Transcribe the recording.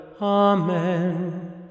Amen